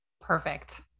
Perfect